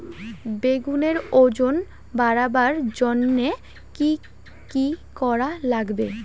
বেগুনের ওজন বাড়াবার জইন্যে কি কি করা লাগবে?